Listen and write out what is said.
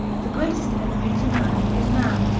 the greatest enemy to man, is man,